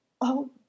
Oh